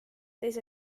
teise